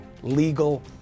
legal